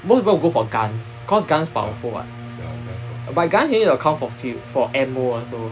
most people go for guns cause guns powerful [what] but guns you need to account for f~ for ammo also